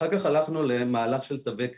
אחר כך הלכנו למהלך של תווי קניה.